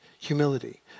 Humility